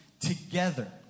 together